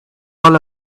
all